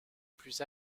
plus